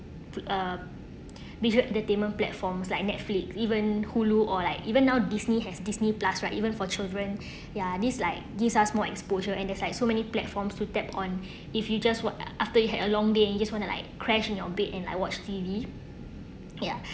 put uh visual entertainment platforms like netflix even hulu or like even now disney has disney plus right even for children ya this like gives us more exposure and that's like so many platforms to tap on if you just what after you had a long day and you just want to like crash in your bed and like watch T_V ya